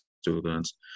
students